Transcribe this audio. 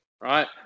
Right